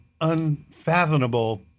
unfathomable